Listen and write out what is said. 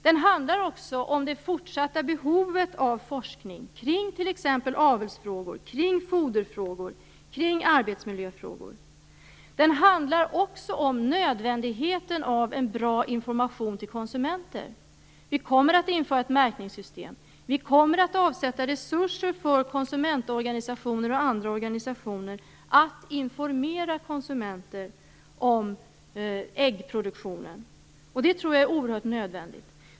Den handlar också om det fortsatta behovet av forskning kring t.ex. avelsfrågor, foderfrågor och arbetsmiljöfrågor. Den handlar om nödvändigheten av en bra information till konsumenterna. Vi kommer att införa ett märkningssystem och avsätta resurser till konsumentorganisationer och andra organisationer för att informera konsumenter om äggproduktionen. Det tror jag är oerhört nödvändigt.